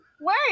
Wait